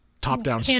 top-down